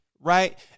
Right